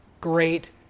great